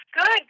Good